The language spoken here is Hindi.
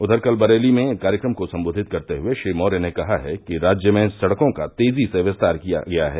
उधर कल बरेली में एक कार्यक्रम को संबोधित करते हुए श्री मौर्य ने कहा है कि राज्य में सड़कों का तेजी से विस्तार किया गया है